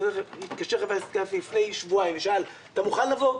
כשהתקשר אליי גפני לפני שבועיים ושאל: אתה מוכן לבוא?